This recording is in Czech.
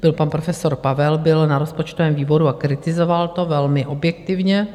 Pan profesor Pavel byl na rozpočtovém výboru a kritizoval to velmi objektivně.